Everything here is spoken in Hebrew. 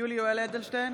יולי יואל אדלשטיין,